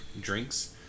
drinks